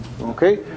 Okay